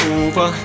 over